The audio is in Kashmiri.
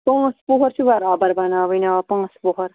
پانٛژھ پۄہَر چھِ بَرابَر بَناوٕنۍ آ پانٛژھ پۄہَر